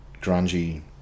grungy